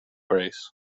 race